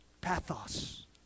Pathos